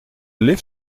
lift